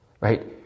Right